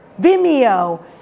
Vimeo